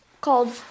called